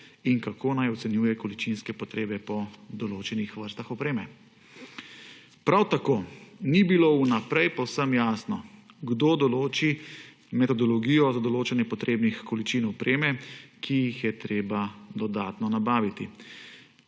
in kako naj ocenjuje količinske potrebe po določenih vrstah opreme. Prav tako ni bilo vnaprej povsem jasno, kdo določi metodologijo za določanje potrebnih količin opreme, ki jih je treba dodatno nabaviti.